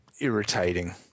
irritating